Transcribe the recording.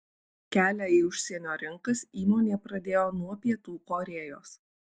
kelią į užsienio rinkas įmonė pradėjo nuo pietų korėjos